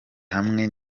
hamwe